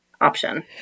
option